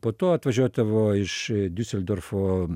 po to atvažiuodavo iš diuseldorfo